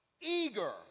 eager